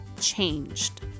changed